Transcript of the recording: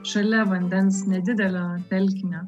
šalia vandens nedidelio telkinio